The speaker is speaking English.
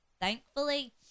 thankfully